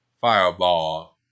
fireball